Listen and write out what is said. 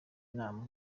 nama